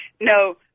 No